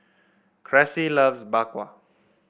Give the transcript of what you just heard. Cressie loves Bak Kwa